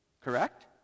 Correct